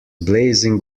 blazing